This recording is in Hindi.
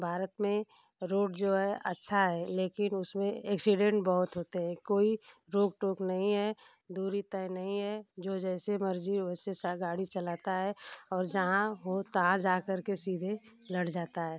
भारत में रोड जो है अच्छा है लेकिन उसमें एक्सीडेंट बहुत होते हैं कोई रोक टोक नहीं है दूरी तय नही है जो जैसे मर्जी हो वैसे गाड़ी चलाता है और जहाँ हो तहाँ जाकर के सीधे लड़ जाता है